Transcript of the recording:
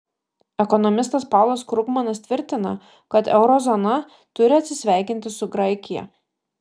ekonomistas paulas krugmanas tvirtina kad euro zona turi atsisveikinti su graikija